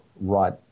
right